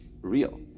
real